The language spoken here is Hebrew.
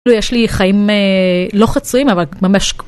יש לי חיים לא חצויים אבל ממש.